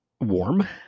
warm